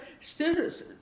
students